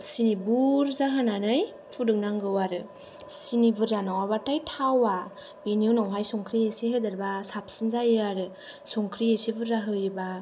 सिनि बुरजा होनानै फुदुंनांगौ आरो सिनि बुरजा नङाब्लाथाय थावा बेनि उनावहाय संख्रि एसे हादेरब्ला साबसिन जायो आरो संख्रि एसे बुरजा होयोब्ला